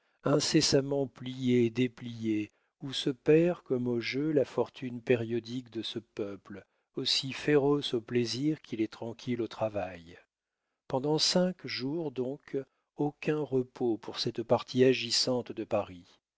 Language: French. incessamment pliée et dépliée où se perd comme au jeu la fortune périodique de ce peuple aussi féroce au plaisir qu'il est tranquille au travail pendant cinq jours donc aucun repos pour cette partie agissante de paris